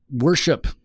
worship